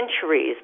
centuries